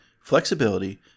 flexibility